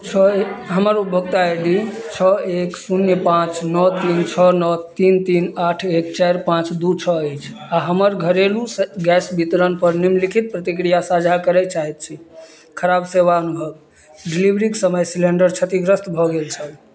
छओ हमर उपभोक्ता आइ डी छओ एक शून्य पाँच नओ तीन छओ नओ तीन तीन आठ एक चारि पाँच दुइ छओ अछि आओर हमर घरेलू गैस वितरणपर निम्नलिखित प्रतिक्रिया साझा करै चाहै छी खराब सेवा अनुभव डिलिवरीके समय सिलेण्डर क्षतिग्रस्त भऽ गेल छल